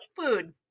Food